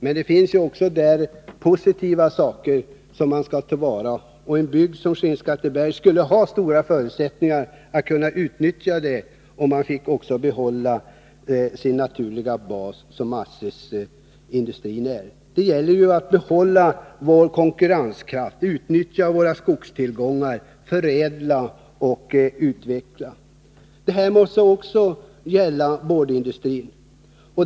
Men det finns också där positiva saker som man skall tillvarata. En bygd som Skinnskatteberg skulle ha stora förutsättningar att kunna utnyttja tillgångarna, om den också fick behålla den naturliga bas som industrin är. Det gäller att behålla vår konkurrenskraft, utnyttja våra skogstillgångar, förädla och utveckla. Detta gäller också boardindustrin.